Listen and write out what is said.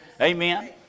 Amen